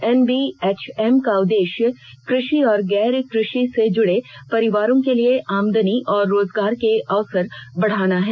NBHM का उद्देश्य कृषि और गैर कृषि से जुड़े परिवारों के लिए आमदनी और रोजगार के अवसर बढ़ाना है